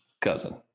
cousin